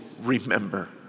remember